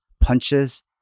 punches